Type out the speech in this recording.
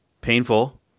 painful